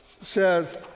says